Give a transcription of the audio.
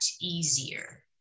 easier